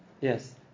Yes